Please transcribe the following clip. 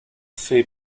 fait